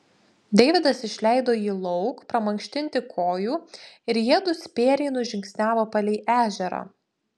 deividas išleido jį lauk pramankštinti kojų ir jiedu spėriai nužingsniavo palei ežerą